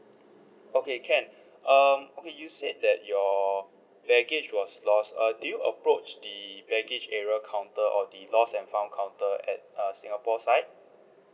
okay can um okay you said that your baggage was lost err did you approach the baggage area counter or the lost and found counter at uh singapore side